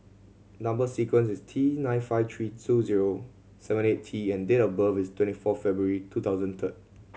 number sequence is T nine five three two zero seven eight T and date of birth is twenty four February two thousand third